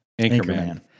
Anchorman